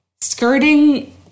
skirting